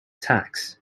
tax